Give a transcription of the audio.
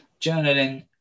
journaling